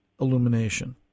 illumination